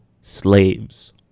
Slaves